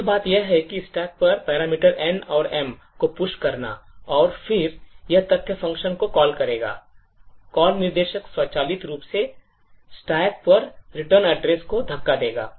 मुख्य बात यह है कि stack पर parameter N और M को push करना है और फिर यह तथ्य function को कॉल करेगा कॉल निर्देश स्वचालित रूप से stack पर return address को धक्का देगा